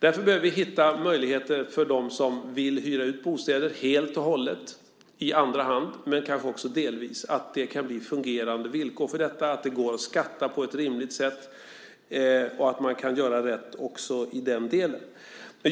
Därför behöver vi hitta möjligheter för dem som vill hyra ut bostäder helt och hållet i andra hand, men delvis kanske också få fungerande villkor för detta, att det går att skatta på ett rimligt sätt och att man kan göra rätt också i den delen.